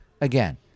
again